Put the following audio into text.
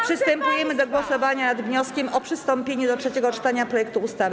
Przystępujemy do głosowania nad wnioskiem o przystąpienie do trzeciego czytania projektu ustawy.